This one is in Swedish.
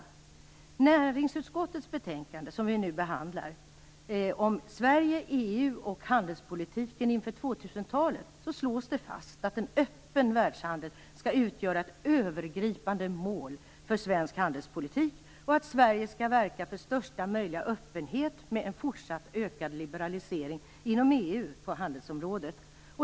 I näringsutskottets betänkande, som vi nu behandlar, om Sverige, EU och handelspolitiken inför 2000 talet slås fast att en öppen världshandel skall utgöra ett övergripande mål för svensk handelspolitik och att Sverige skall verka för största möjliga öppenhet med en fortsatt ökad liberalisering inom EU på handelsområdet.